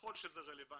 ככל שזה רלבנטי,